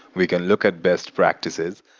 we can look at best practices,